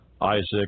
Isaac